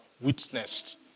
witnessed